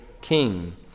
king